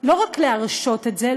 לא רק להרשות את זה,